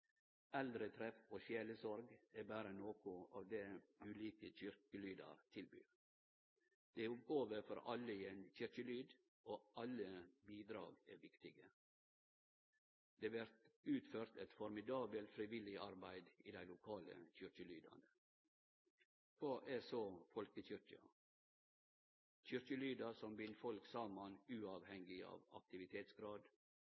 og sjelesorg er berre noko av det ulike kyrkjelydar tilbyr. Det er oppgåver for alle i ein kyrkjelyd, og alle bidrag er viktige. Det vert utført eit formidabelt frivillig arbeid i dei lokale kyrkjelydane. Kva er så folkekyrkja? Kyrkjelydar som bind folk saman